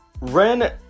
Ren